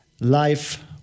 Life